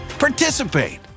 participate